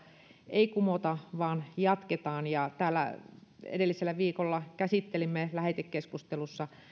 ei kumota vaan sitä jatketaan edellisellä viikolla käsittelimme lähetekeskustelussa